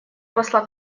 посла